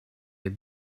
had